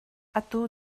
atu